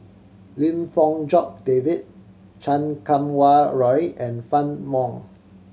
Lim Fong Jock David Chan Kum Wah Roy and Fann Wong